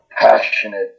passionate